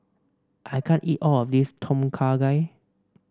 I can't eat all of this Tom Kha Gai